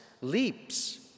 leaps